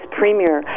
premier